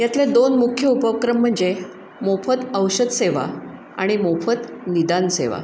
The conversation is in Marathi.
यातले दोन मुख्य उपक्रम म्हणजे मोफत औषधसेवा आणि मोफत निदान सेवा